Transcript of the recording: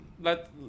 Let